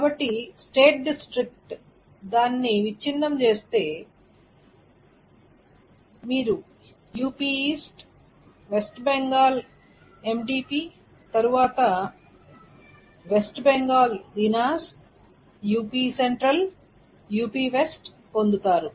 కాబట్టి స్టేట్డిస్ట్రిక్ట్ దానిని విచ్ఛిన్నం చేస్తే మీరు యుపి ఈస్ట్ వెస్ట్ బెంగాల్ ఎండిపి తరువాత వెస్ట్ బెంగాల్ దీనాజ్ యుపి సెంట్రల్ యుపి వెస్ట్ పొందుతారు